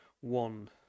one